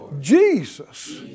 Jesus